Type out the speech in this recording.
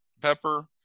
pepper